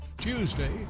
Tuesday